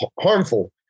harmful